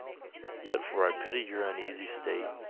yet, for i pity your uneasy state,